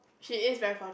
she is very